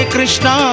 Krishna